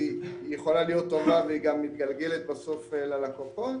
היא יכולה להיות טובה והיא גם מתגלגלת בסוף ללקוחות.